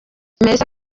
melissa